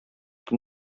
көн